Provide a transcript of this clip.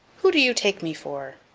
who do you take me for?